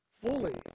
fully